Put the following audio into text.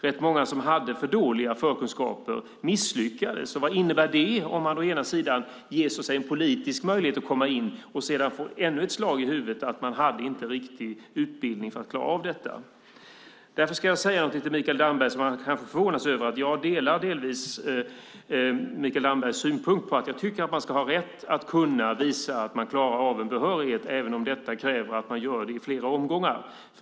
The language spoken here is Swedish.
Rätt många som hade för dåliga förkunskaper misslyckades. Vad innebär det om man först politiskt ger någon en möjlighet att komma in som sedan får ett slag i huvudet därför att utbildningen inte riktigt räckte till för att klara av studierna? Därför ska jag säga någonting till Mikael Damberg som han kanske förvånas över. Jag delar delvis hans synpunkt att man ska ha rätt att visa att man klarar av en behörighet även om detta kräver att man gör det i flera omgångar.